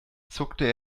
zuckte